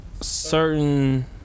certain